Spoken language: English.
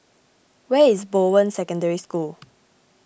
where is Bowen Secondary School